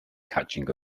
catching